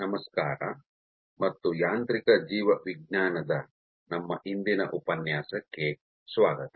ನಮಸ್ಕಾರ ಮತ್ತು ಯಾಂತ್ರಿಕ ಜೀವವಿಜ್ಞಾನದ ನಮ್ಮ ಇಂದಿನ ಉಪನ್ಯಾಸಕ್ಕೆ ಸ್ವಾಗತ